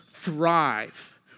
thrive